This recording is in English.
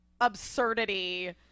absurdity